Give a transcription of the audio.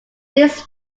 this